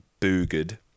boogered